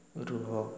ରୁହ